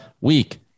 week